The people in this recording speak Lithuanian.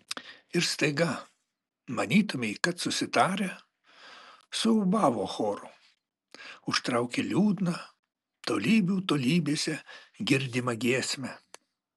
ir staiga manytumei kad susitarę suūbavo choru užtraukė liūdną tolybių tolybėse girdimą giesmę